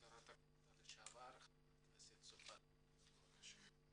שרת הקליטה לשעבר, חברת הכנסת סופה לנדבר בבקשה.